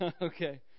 Okay